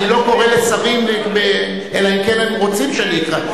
אני לא קורא לשרים אלא אם כן הם רוצים שאני אקרא.